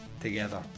together